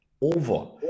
over